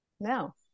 No